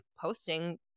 posting